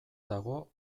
dago